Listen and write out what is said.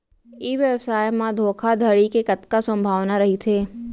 ई व्यवसाय म धोका धड़ी के कतका संभावना रहिथे?